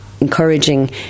encouraging